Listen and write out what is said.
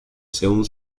según